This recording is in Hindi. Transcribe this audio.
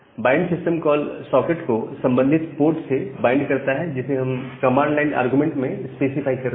फाइंड सिस्टम कॉल सॉकेट को संबंधित पोर्ट नंबर से बाइंड करता है जिसे हम कमांड लाइन अरगुमेंट में स्पेसिफाई कर रहे हैं